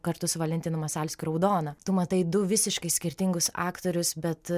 kartu su valentinu masalskiu raudona tu matai du visiškai skirtingus aktorius bet